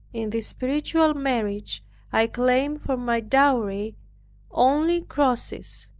in this spiritual marriage i claimed for my dowry only crosses,